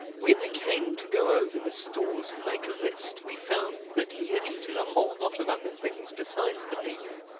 when we came to go over the stores and make a list, we found that he had eaten a whole lot of other things besides the beef.